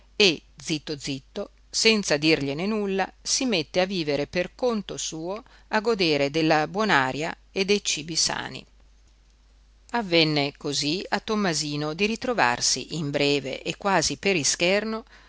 e zitto zitto senza dirgliene nulla si mette a vivere per conto suo a godere della buon'aria e dei cibi sani avvenne cosí a tommasino di ritrovarsi in breve e quasi per ischerno